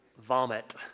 vomit